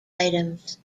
items